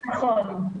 נכון.